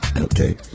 Okay